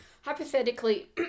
Hypothetically